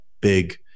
big